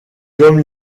comme